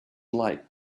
like